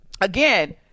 again